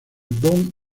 bonn